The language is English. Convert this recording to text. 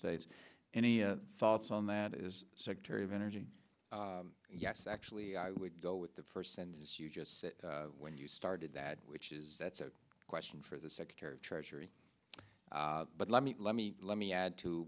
states any thoughts on that is the secretary of energy yes actually i would go with the first sentence you just said when you started that which is that's a question for the secretary of treasury but let me let me let me add to